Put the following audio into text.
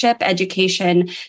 education